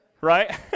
right